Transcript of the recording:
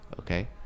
Okay